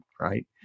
Right